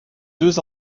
deux